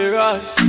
rush